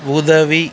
உதவி